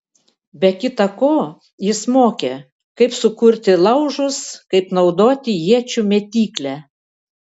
be kita ko jis mokė kaip sukurti laužus kaip naudoti iečių mėtyklę